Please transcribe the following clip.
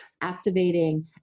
activating